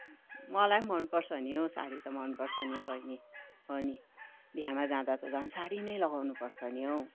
मलाई पनि मन पर्छ नि हौ सारी त मन पर्छ नि हौ बहिनी हो नि बिहेमा जाँदा त झन सारी नै लगाउनु पर्छ नि हौ